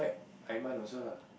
Aiman also lah